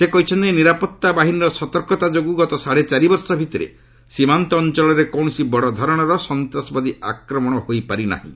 ସେ କହିଛନ୍ତି ନିରାପତ୍ତା ବାହିନୀର ସତର୍କତା ଯୋଗୁଁ ଗତ ସାଢ଼େ ଚାରି ବର୍ଷ ଭିତରେ ସୀମାନ୍ତ ଅଞ୍ଚଳରେ କୌଣସି ବଡ଼ ଧରଣର ସନ୍ତାସବାଦୀ ଆକ୍ରମଣ ହୋଇ ନାହିଁ